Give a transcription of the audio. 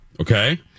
Okay